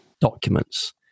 documents